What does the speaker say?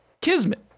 Kismet